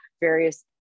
various